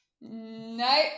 No